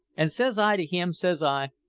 and says i to him, says i,